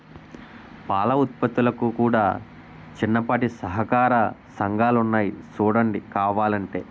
పాల ఉత్పత్తులకు కూడా చిన్నపాటి సహకార సంఘాలున్నాయి సూడండి కావలంటే